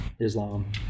Islam